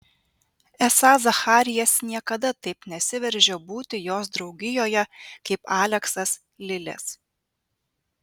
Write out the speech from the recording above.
esą zacharijas niekada taip nesiveržia būti jos draugijoje kaip aleksas lilės